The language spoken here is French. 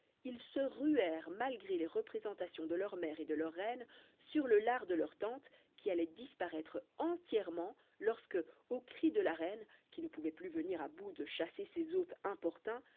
ils se ruèrent malgré les représentations de leur mère et de leur reine sur le lard de leur tante qui allait disparaître entièrement lorsque aux cris de la reine qui ne pouvait plus venir à bout de chasser ses hôtes importuns